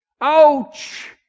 Ouch